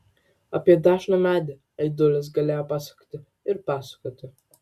apie dažną medį aidulis galėjo pasakoti ir pasakoti